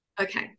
Okay